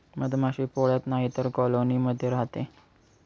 मधमाशी पोळ्यात नाहीतर कॉलोनी मध्ये राहते